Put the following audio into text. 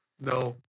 No